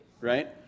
right